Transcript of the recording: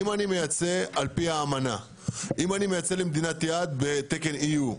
אם אני מייצא על פי האמנה למדינת יעד בתקן EU,